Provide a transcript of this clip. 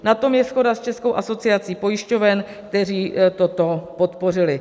Na tom je shoda s Českou asociací pojišťoven, která toto podpořila.